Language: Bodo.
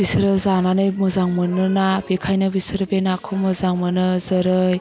बिसोरो जानानै मोजां मोनो ना बेखायनो बिसोरो बे नाखौ मोजां मोनो जेरै